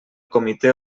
comitè